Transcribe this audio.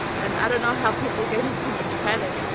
and i don't know. how. people gave me so much credit